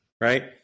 right